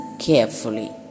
carefully